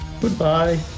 Goodbye